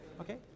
okay